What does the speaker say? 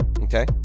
Okay